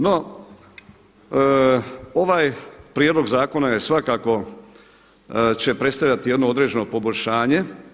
No, ovaj prijedlog zakona je svakako će predstavljati jedno određeno poboljšanje.